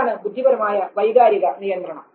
ഇതാണ് ബുദ്ധിപരമായ വൈകാരിക നിയന്ത്രണം